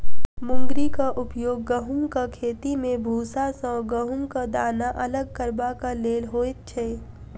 मुंगरीक उपयोग गहुमक खेती मे भूसा सॅ गहुमक दाना अलग करबाक लेल होइत छै